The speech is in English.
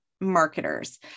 Marketers